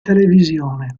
televisione